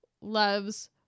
loves